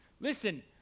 Listen